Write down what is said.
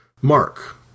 Mark